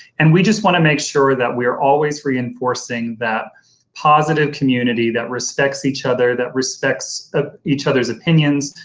and we just want to make sure that we are always reinforcing that positive community that respects each other, that respects ah each other's opinions,